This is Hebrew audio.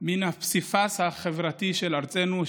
מן הפסיפס החברתי של ארצנו,